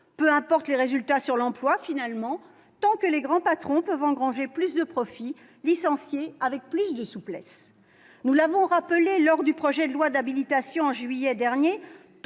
Peu importent les résultats en matière d'emploi, finalement, tant que les grands patrons peuvent engranger plus de profits et licencier avec plus de souplesse. Nous l'avons rappelé lors des débats sur le projet de loi d'habilitation, en juillet dernier